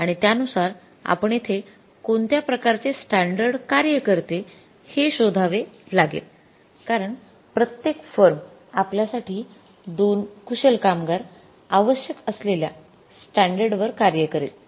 आणि त्यानुसार आपण येथे कोणत्या प्रकारचे स्टॅंडर्ड कार्य करते हे शोधावे लागेल कारण प्रत्येक फर्म आपल्यासाठी 2 कुशल कामगार आवश्यक असलेल्या स्टँडर्ड वर कार्य करेल